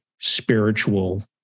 spiritual